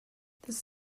this